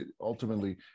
ultimately